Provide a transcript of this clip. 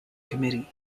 committee